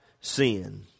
sin